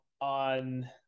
on